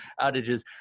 outages